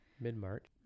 Mid-March